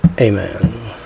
Amen